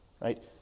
right